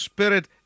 Spirit